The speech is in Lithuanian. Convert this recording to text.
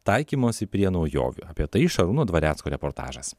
taikymosi prie naujovių apie tai šarūno dvarecko reportažas